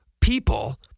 people